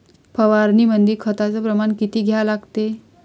फवारनीमंदी खताचं प्रमान किती घ्या लागते?